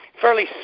fairly